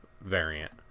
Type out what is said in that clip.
variant